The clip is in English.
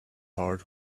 heart